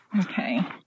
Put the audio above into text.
Okay